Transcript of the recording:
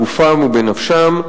בגופם ובנפשם,